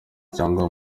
cyangwa